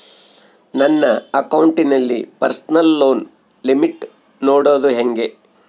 ನನ್ನ ಅಕೌಂಟಿನಲ್ಲಿ personal loan limit ನೋಡದು ಹೆಂಗೆ?